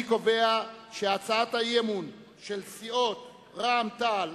אני קובע שהצעת האי-אמון של סיעות רע"ם-תע"ל,